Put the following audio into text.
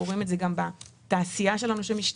אנחנו רואים את זה גם בתעשייה שלנו שמשתנה,